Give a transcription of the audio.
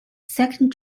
second